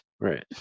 Right